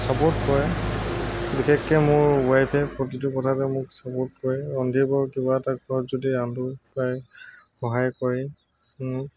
support কৰে বিশেষকৈ মোৰ ওৱাইফে প্ৰতিটো কথাতে মোক চাপৰ্ট কৰে ৰান্ধিবৰ কিবা এটা ঘৰত যদি ৰান্ধোঁ তাই সহায় কৰে মোক